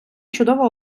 чудово